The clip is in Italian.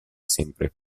sempre